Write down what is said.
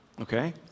Okay